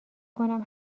کنم